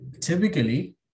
typically